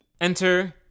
Enter